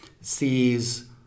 sees